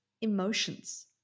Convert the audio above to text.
emotions